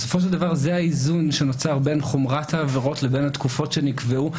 בסופו של דבר זה האיזון שנוצר בין חומרת העבירות לבין התקופות שנקבעו.